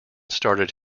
started